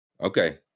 Okay